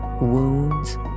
wounds